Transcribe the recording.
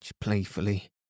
playfully